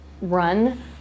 run